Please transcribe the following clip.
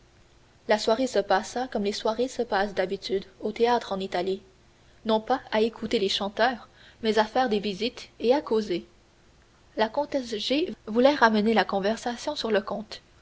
la soirée se passa comme les soirées se passent d'habitude au théâtre en italie non pas à écouter les chanteurs mais à faire des visites et à causer la comtesse g voulait ramener la conversation sur le comte